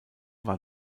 war